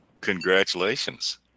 congratulations